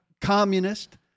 communist